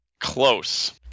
Close